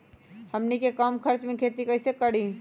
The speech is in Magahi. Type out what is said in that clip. हमनी कम खर्च मे खेती कई से करी?